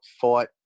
fought